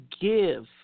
give